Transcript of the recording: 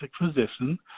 physician